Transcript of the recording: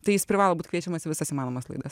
tai jis privalo būt kviečiamas į visas įmanomas laidas